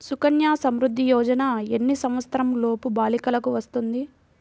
సుకన్య సంవృధ్ది యోజన ఎన్ని సంవత్సరంలోపు బాలికలకు వస్తుంది?